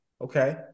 okay